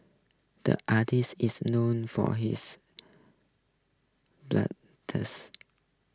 the artist is known for his